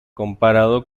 comparado